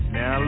Now